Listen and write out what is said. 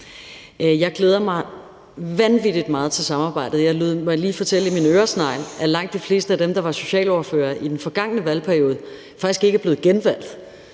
Jeg glæder mig vanvittig meget til samarbejdet. Jeg lod mig lige fortælle i min øresnegl, at langt de fleste af dem, der var socialordførere i den forgangne valgperiode, faktisk ikke er blevet genvalgt.